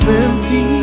empty